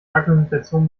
argumentation